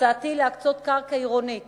הצעתי היא להקצות קרקע עירונית